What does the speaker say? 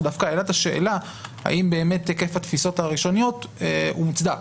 שדווקא העלה את השאלה האם באמת היקף התפיסות הראשוניות הוא מוצדק,